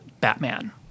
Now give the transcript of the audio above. Batman